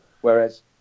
whereas